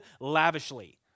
lavishly